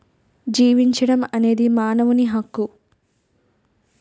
జీవించడం అనేది మానవుని హక్కు